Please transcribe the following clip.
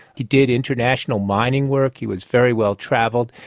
he did international mining work, he was very well travelled.